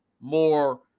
more